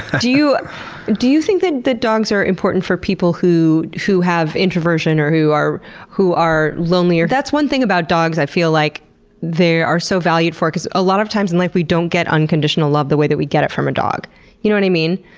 do you do you think that dogs are important for people who who have introversion or who are who are lonelier? that's one thing about dogs i feel like they are so valued for, because a lot of times in life we don't get unconditional love the way that we get it from a dog. do you know what i mean?